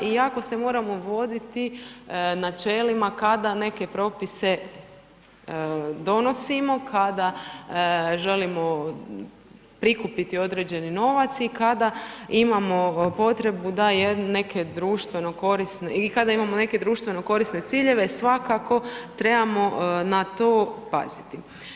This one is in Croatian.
I jako se moramo voditi načelima kada neke propise donosimo, kada želimo prikupiti određeni novac i kada imamo potrebu da neke društveno-korisne i kada imamo neke društveno-korisne ciljeve svakako trebamo na to paziti.